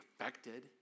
affected